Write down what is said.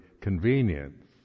convenience